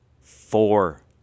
four